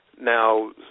Now